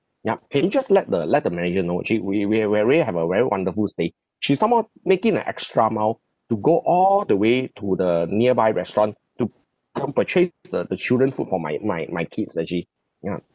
ya can you just let the let the manager know actually we we we really have a very wonderful stay she some more making the extra mile to go all the way to the nearby restaurant to go and purchase the the children food for my my my kids actually ya